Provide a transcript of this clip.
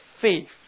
faith